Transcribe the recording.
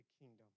kingdom